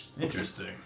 Interesting